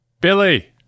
Billy